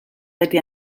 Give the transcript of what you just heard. beti